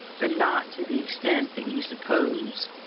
but not to the extent that you suppose.